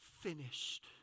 finished